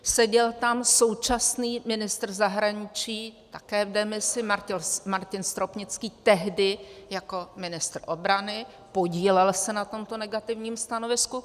Seděl tam současný ministr zahraničí, také v demisi, Martin Stropnický, tehdy jako ministr obrany, podílel se na tomto negativním stanovisku.